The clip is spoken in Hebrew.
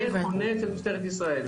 זה חונה אצל משטרת ישראל.